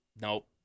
Nope